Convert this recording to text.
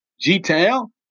g-town